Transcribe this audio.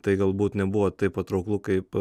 tai galbūt nebuvo taip patrauklu kaip